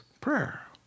prayer